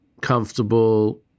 comfortable